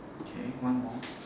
okay one more